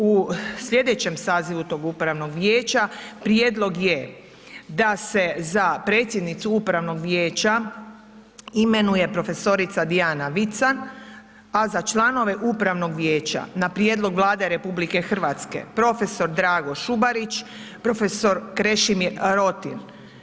U sljedećem sazivu tog Upravnog vijeća, prijedlog je da se za predsjednicu Upravnog vijeća imenuje profesorica Dijana Vican, a za članove Upravnog vijeća, na prijedlog Vlade RH, profesor Drago Šubarić, profesor Krešimir Rotim.